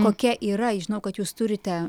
kokia yra žinau kad jūs turite